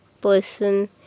person